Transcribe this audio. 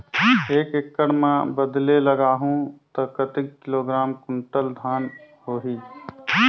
एक एकड़ मां बदले लगाहु ता कतेक किलोग्राम कुंटल धान होही?